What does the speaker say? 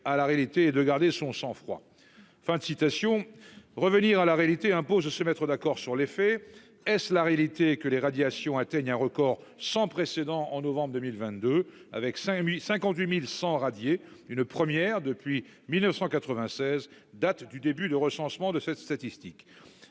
à la réalité et de garder son sang-froid. Fin de citation. Revenir à la réalité impose de se mettre d'accord sur les faits. Est-ce la réalité que les radiations atteignent un record sans précédent en novembre 2022 avec 5058 1100 radié, une première depuis 1996, date du début de recensement de cette statistique.